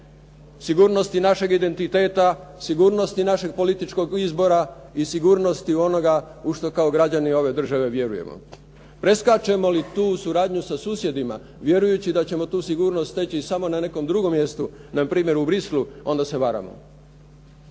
sigurnosti našeg identiteta, sigurnosti našeg političkog izbora i sigurnosti onoga u što kao građani ove države vjerujemo. Preskačemo li tu suradnju sa susjedima vjerujući da ćemo tu sigurnost steći samo na nekom drugom mjestu, npr. u Bruxellesu, onda se varamo.